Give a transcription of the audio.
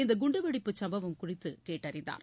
இந்த குண்டுவெடிப்பு சம்பவம் குறித்து கேட்டறிந்தார்